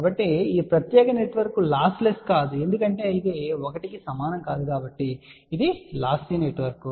కాబట్టి ఈ ప్రత్యేక నెట్వర్క్ లాస్లెస్ కాదు ఎందుకంటే ఇది 1 కి సమానం కాదు కాబట్టి ఇది లాస్సీ నెట్వర్క్